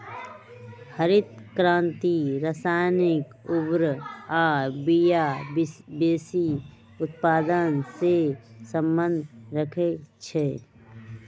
हरित क्रांति रसायनिक उर्वर आ बिया वेशी उत्पादन से सम्बन्ध रखै छै